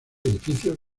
edificios